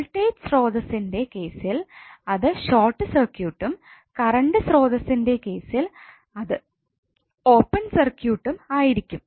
voltage സ്രോതസ്സ്ന്റെ കേസിൽ അത് ഷോർട് സർക്യൂട്ടും കറണ്ട് സ്രോതസ്സ്ന്റെ കേസിൽ അത് ഓപ്പൺ സർക്യൂട്ടും ആയിരിക്കും